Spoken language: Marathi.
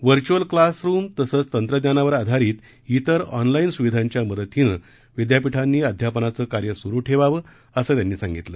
व्हर्च्युअल क्लास रुम तसंच तंत्रज्ञानावर आधारित इतर ऑनलाईन सुविधांच्या मदतीनं विद्यापीठांनी अध्यापनाचं कार्य सुरु ठेवावं असं त्यांनी सांगितलं